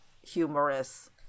humorous